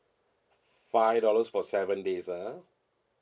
five dollars for seven days ah